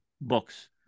books